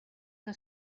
que